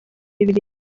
bibiri